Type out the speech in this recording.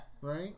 Right